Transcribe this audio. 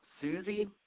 Susie